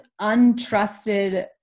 untrusted